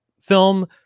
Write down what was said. film